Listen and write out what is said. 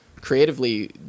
creatively